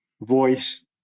voice